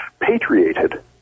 patriated